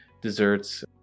desserts